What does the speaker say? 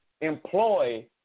employ